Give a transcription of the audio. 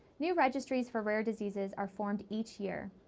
new registries for rare diseases are formed each year.